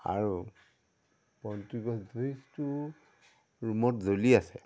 আৰু বন্তি গছ ৰুমত জ্বলি আছে